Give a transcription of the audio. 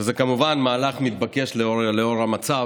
שזה כמובן מהלך מתבקש לאור המצב,